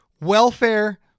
welfare